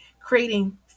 creating